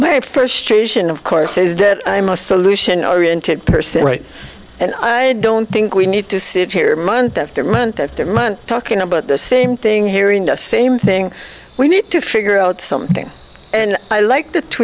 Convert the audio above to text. may first ration of course is that i'm a solution oriented person right and i don't think we need to sit here month after month after month talking about the same thing here in the same thing we need to figure out something and i like that tw